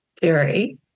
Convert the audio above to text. theory